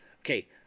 okay